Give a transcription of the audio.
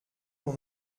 l’on